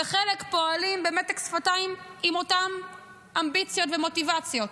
וחלק פועלים במתק שפתיים עם אותן אמביציות ומוטיבציות.